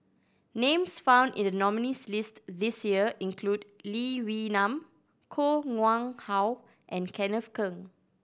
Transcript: names found in the nominees' list this year include Lee Wee Nam Koh Nguang How and Kenneth Keng